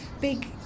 big